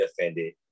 offended